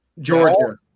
georgia